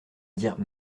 dire